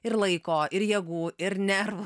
ir laiko ir jėgų ir nervų